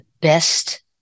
best